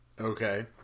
Okay